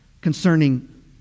concerning